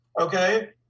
Okay